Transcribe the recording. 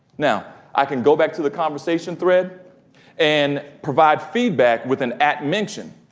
now i can go back to the conversation thread and provide feedback with an at mention.